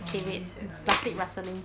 okay wait plastic rustling